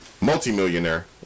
multi-millionaire